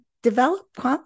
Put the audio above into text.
Develop